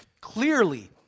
clearly